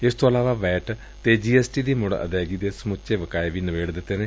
ਇਸ ਤੋ ਇਲਾਵਾ ਵੈਟ ਅਤੇ ਜੀ ਐਸ ਟੀ ਦੀ ਮਤ ਅਦਾਇਗੀ ਦੇ ਸਮੱਚੇ ਬਕਾਏ ਵੀ ਨਿਬੇਤ ਦਿੱਤੇ ਨੇ